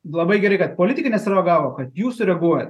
labai gerai kad politikai nesureagavo kad jūs sureaguojat